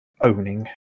owning